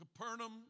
Capernaum